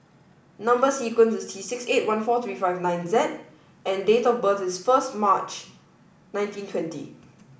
number sequence is T six eight one four three five nine Z and date of birth is first March nineteen twenty